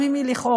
גם אם היא לכאורה,